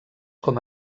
com